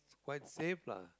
it's quite safe lah